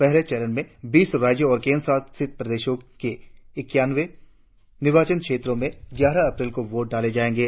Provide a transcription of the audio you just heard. पहले चरण में बीस राज्यों और केंद्र शासित प्रदेशों के इक्कानवें निर्वाचन क्षेत्रों में ग्यारह अप्रैल को वोट डाले जाएंगे